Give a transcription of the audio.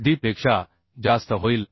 हे lj पेक्षा कमी असावा आणि lg 8 d